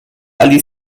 alice